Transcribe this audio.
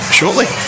shortly